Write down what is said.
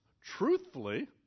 truthfully